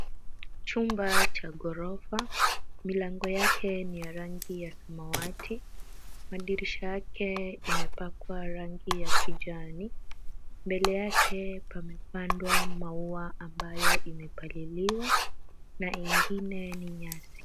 Chumba ca ghorofa. Milango yake ni ya rangi ya samawati. Madirisha yake imepakwa rangi ya kijani. Mbele yake pamepandwa maua ambayo imepaliliwa na ingine ni nyasi.